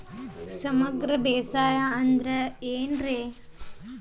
ಸಮಗ್ರ ಬೇಸಾಯ ಅಂದ್ರ ಏನ್ ರೇ?